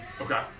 Okay